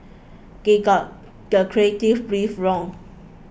they got the creative brief wrong